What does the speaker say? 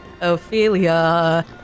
Ophelia